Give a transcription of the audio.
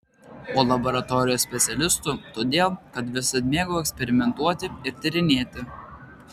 o laboratorijos specialistu todėl kad visad mėgau eksperimentuoti ir tyrinėti